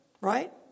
right